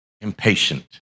impatient